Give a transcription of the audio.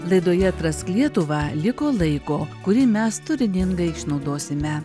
laidoje atrask lietuvą liko laiko kurį mes turiningai išnaudosime